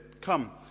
come